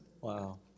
Wow